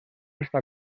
està